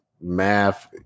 math